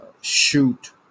shoot